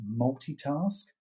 multitask